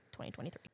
2023